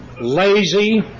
lazy